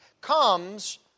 comes